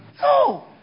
No